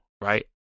right